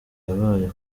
yabaye